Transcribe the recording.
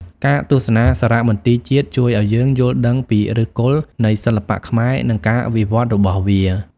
ការទស្សនាសារមន្ទីរជាតិជួយឲ្យយើងយល់ដឹងពីឫសគល់នៃសិល្បៈខ្មែរ និងការវិវត្តន៍របស់វា។